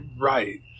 right